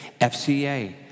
FCA